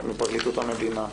מפרקליטות המדינה.